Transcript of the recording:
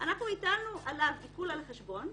אנחנו הטלנו עליו עיקול על החשבון.